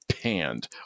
panned